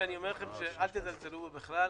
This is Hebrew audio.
שאני אומר לכם: אל תזלזלו בו בכלל,